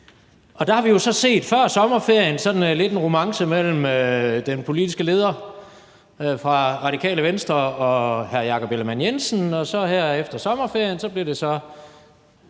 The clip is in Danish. Og der har vi jo så før sommerferien set sådan lidt en romance mellem den politiske leder fra Radikale Venstre og hr. Jakob Ellemann-Jensen, og her efter sommerferien blev det så